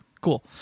cool